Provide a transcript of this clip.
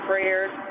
Prayers